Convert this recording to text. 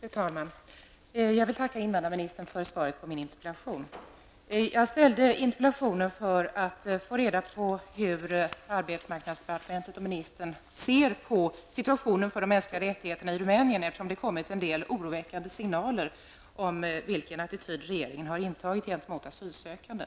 Fru talman! Jag vill tacka invandrarministern för svaret på min interpellation. Jag framställde interpellationen för att få reda på hur arbetsmarknadsdepartementet och statsrådet ser på situationen för de mänskliga rättigheterna i Rumänien, eftersom det kommit en del oroväckande signaler om den attityd som regeringen har intagit gentemot asylsökande.